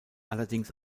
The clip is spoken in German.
allerdings